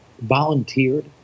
volunteered